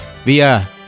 via